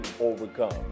overcome